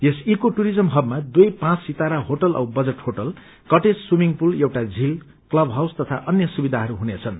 यस eco tourism इबमा दुवै पाँच सितारा होटल औ budget hotel cottage swimming pool एउटा झील क्लब हाउँस तथा अन्य सुविधाहरू हुनेछन्